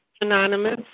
Anonymous